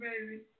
baby